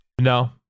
no